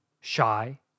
shy